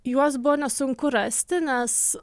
juos buvo nesunku rasti nes